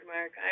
Mark